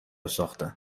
ساختن